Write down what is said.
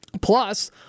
plus